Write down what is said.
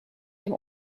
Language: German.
dem